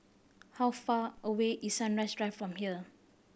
how far away is Sunrise Drive from here